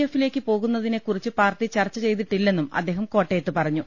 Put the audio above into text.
എഫിലേക്ക് പോകുന്നതിനെക്കുറിച്ച് പാർട്ടി ചർച്ച ചെയ്തിട്ടില്ലെന്നും അദ്ദേഹം കോട്ടയത്ത് പറഞ്ഞു